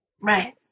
Right